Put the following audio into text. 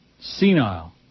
Senile